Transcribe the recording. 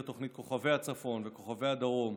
התוכניות כוכבי הצפון וכוכבי הדרום,